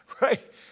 Right